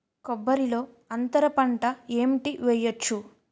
కొబ్బరి లో అంతరపంట ఏంటి వెయ్యొచ్చు?